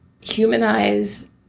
humanize